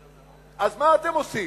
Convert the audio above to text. אז מה אתם עושים?